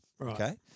okay